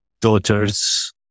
daughters